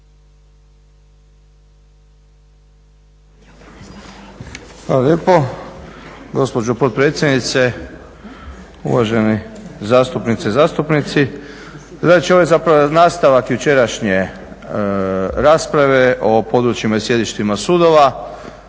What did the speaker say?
Hvala lijepo gospođo potpredsjednice, uvaženi zastupnice i zastupnici. Znači ovo je zapravo nastavak jučerašnje rasprave o područjima i sjedištima sudova.